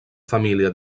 família